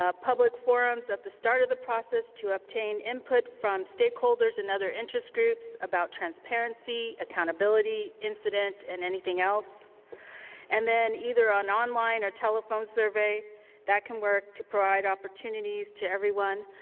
ah public forums at the start of the process to obtain input from stakeholders and other interest groups about transparency, accountability, incident and anything else and then either an online or telephone survey that can work to provide opportunities to everyone.